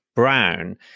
Brown